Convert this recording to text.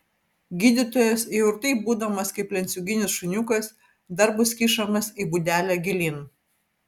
gydytojas jau ir taip būdamas kaip lenciūginis šuniukas dar bus kišamas į būdelę gilyn